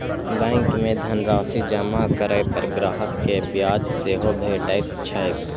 bank मे धनराशि जमा करै पर ग्राहक कें ब्याज सेहो भेटैत छैक